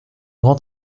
grand